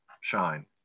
shine